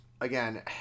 Again